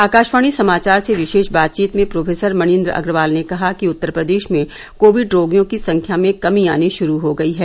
आकाशवाणी समाचार से विशेष बातचीत में प्रोफेसर मनिन्द्र अग्रवाल ने कहा कि उत्तर प्रदेश में कोविड रोगियों की संख्या में कमी आनी शुरू हो गई है